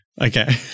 Okay